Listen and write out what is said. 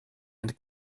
and